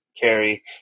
carry